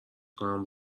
کنم